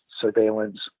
surveillance